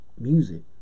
music